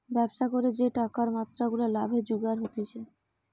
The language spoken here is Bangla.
ব্যবসা করে যে টাকার মাত্রা গুলা লাভে জুগার হতিছে